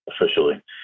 officially